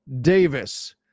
Davis